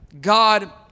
God